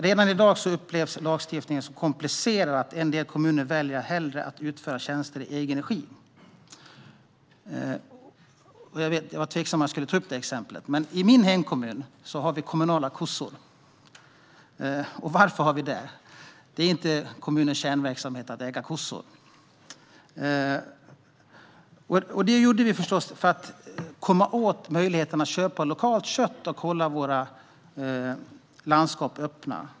Redan i dag upplevs lagstiftningen så komplicerad att en del kommuner väljer att hellre utföra tjänster i egen regi. Jag var tveksam till om jag skulle ta upp detta exempel: I min hemkommun har vi kommunala kossor. Varför har vi det - det är ju inte kommunens kärnverksamhet att äga kossor? Vi gjorde det förstås för att komma åt möjligheten att köpa lokalt kött och hålla våra landskap öppna.